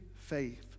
faith